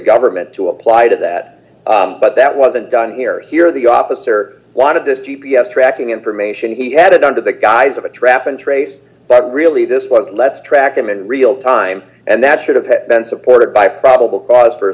government to apply to that but that wasn't done here here the officer lot of this g p s tracking information he had it under the guise of a trap and trace but really this was let's track him in real time and that should have been supported by probable cause for a